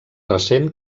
recent